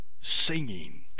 singing